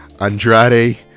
Andrade